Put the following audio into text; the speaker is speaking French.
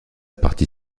partie